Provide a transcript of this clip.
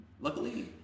luckily